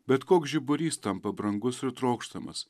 bet koks žiburys tampa brangus ir trokštamas